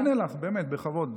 אני אענה לך, בכבוד.